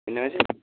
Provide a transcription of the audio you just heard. हुन्न बाजे